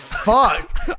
fuck